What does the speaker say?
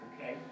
okay